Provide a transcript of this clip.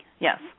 yes